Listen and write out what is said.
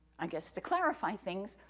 i guess to clarify things,